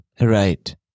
Right